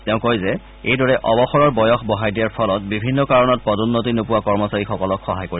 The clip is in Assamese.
তেওঁ কয় যে এইদৰে অৱসৰৰ বয়স বঢ়াই দিয়াৰ ফলত বিভিন্ন কাৰণত পদোন্নতি নোপোৱা কৰ্মচাৰীসকলক সহায় কৰিব